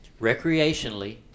Recreationally